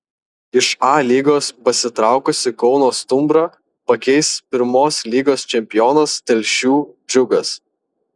iš a lygos pasitraukusį kauno stumbrą pakeis pirmos lygos čempionas telšių džiugas